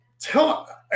Tell